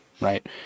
right